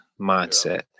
mindset